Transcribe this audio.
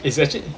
it's actually